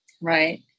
Right